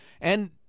And-